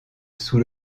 sous